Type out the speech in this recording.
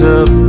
up